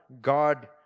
God